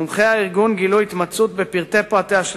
מומחי הארגון גילו התמצאות בפרטי פרטיה של